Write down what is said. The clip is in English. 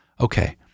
Okay